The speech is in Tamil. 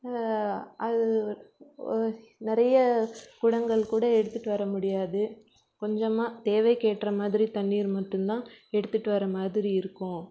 அது நிறைய குடங்கள் கூட எடுத்துகிட்டு வரமுடியாது கொஞ்சமாக தேவைக்கேற்ற மாதிரி தண்ணீர் மட்டும் தான் எடுத்துகிட்டு வர மாதிரி இருக்கும்